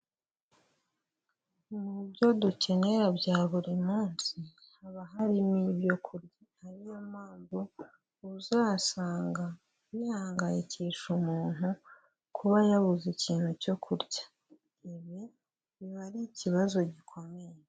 Mu byo dukenera bya buri munsi, haba harimo ibyo kurya, ariyo mpamvu, uzasanga bihangayikisha umuntu, kuba yabuze ikintu cyo kurya, ibi biba ari ikibazo gikomeye.